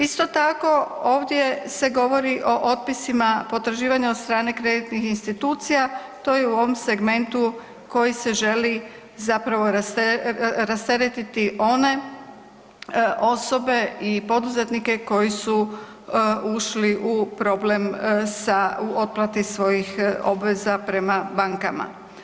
Isto tako, ovdje se govori o otpisima potraživanja od strane kreditnih institucija to je u ovom segmentu koji se želi zapravo rasteretiti one osobe i poduzetnike koji su ušli u problem sa u otplati svojih obveza prema bankama.